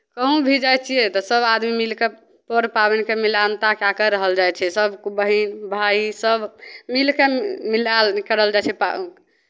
कहूँ भी जाइ छियै तऽ सभ आदमी मिलि कऽ पर पाबनिकेँ मिलानता कए कऽ रहल जाइ छै सभकेँ बहिन भाय सभ मिलि कऽ मिलायल करल जाइ छै